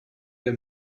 der